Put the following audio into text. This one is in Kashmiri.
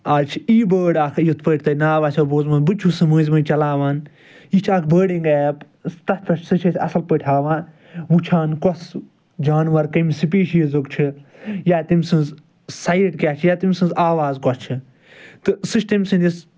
آز چھِ ای بٲڈ اکھ یِتھ پٲٹھۍ تۄہہِ ناو آسیو بوٗزمُت بہٕ تہِ چھُس سُہ مٔنٛزۍ مٔنٛزۍ چلاوان یہِ چھِ اکھ بٲڈِنٛگ ایپ تَتھ پٮ۪ٹھ سُہ چھِ اَسہِ اَصٕل پٲٹھۍ ہاوان وٕچھان کۄس جانوَر کٔمہِ سپیٖشیٖزُک چھُ یا تٔمۍ سٕنٛز سایٹ کیاہ چھِ یا تٔمۍ سٕنٛز آواز کۄس چھِ تہٕ سُہ چھِ تٔمۍ سٕنٛدِس